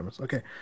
Okay